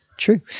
True